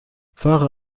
fahre